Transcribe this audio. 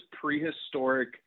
prehistoric